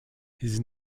his